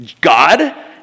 God